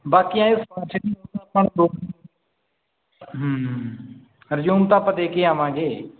ਬਾਕੀ ਰਿਜਿਊਮ ਤਾਂ ਆਪਾਂ ਦੇ ਕੇ ਆਵਾਂਗੇ